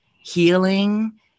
healing